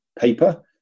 paper